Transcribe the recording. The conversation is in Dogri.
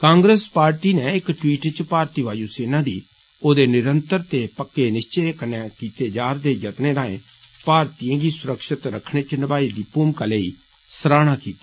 कांग्रेस पार्टी ने इक टवीट च भारती वायू सेना दी ओदे निरंतर ते पक्के निष्चे कन्नै कीते जारदे जतनें राऐं भारतीयें दी सुरक्षित रक्खने च निभाई दी भूमिका लेई सराहना कीती